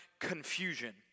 confusion